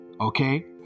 okay